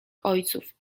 ojców